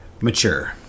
Mature